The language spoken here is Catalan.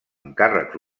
encàrrecs